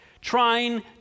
Trying